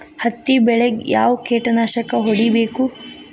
ಹತ್ತಿ ಬೆಳೇಗ್ ಯಾವ್ ಕೇಟನಾಶಕ ಹೋಡಿಬೇಕು?